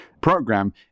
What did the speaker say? program